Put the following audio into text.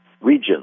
region